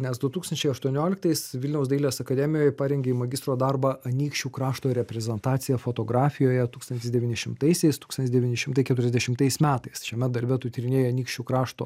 nes du tūkstančiai aštuonioliktais vilniaus dailės akademijoj parengei magistro darbą anykščių krašto reprezentacija fotografijoje tūkstantis devyni šimtaisiais tūkstantis devyni šimtai keturiasdešimtais metais šiame darbe tu tyrinėji anykščių krašto